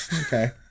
Okay